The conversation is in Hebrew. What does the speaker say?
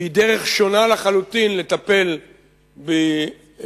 והיא דרך שונה לחלוטין לטפל בהפחתת